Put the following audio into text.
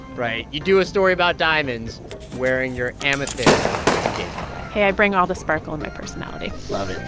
right? you do a story about diamonds wearing your amethyst engagement hey, i bring all the sparkle in my personality love it